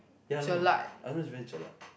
ya I know I know it's very jelak